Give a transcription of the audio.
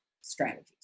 strategies